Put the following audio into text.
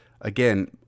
again